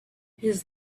his